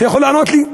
אתה יכול לענות לי?